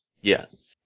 Yes